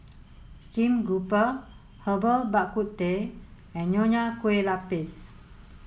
Stream Grouper Herbal Bak Ku Teh and Nonya Kueh Lapis